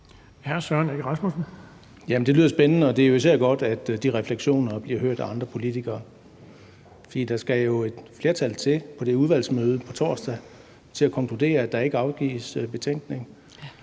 Det lyder spændende, og det er jo især godt, at de refleksioner bliver hørt af andre politikere. For der skal jo et flertal til på det udvalgsmøde på torsdag til at konkludere, at der ikke afgives betænkning,